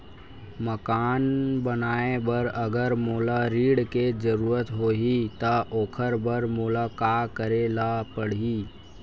मकान बनाये बर अगर मोला ऋण के जरूरत होही त ओखर बर मोला का करे ल पड़हि?